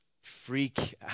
freak